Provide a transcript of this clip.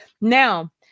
now